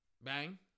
bang